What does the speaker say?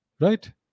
right